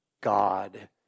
God